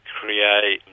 create